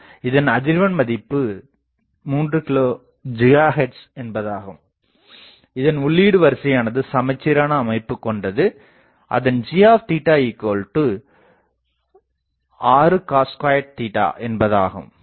இதன் அதிர்வெண் மதிப்பு 3 GHz என்பதாகும் இதன் உள்ளீடு வரிசையானது சமச்சீரான அமைப்பு கொண்டு அதன்g6cos2 என்பது ஆகும்